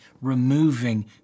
removing